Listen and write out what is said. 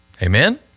Amen